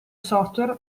software